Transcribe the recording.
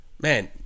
man